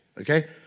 Okay